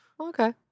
Okay